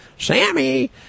Sammy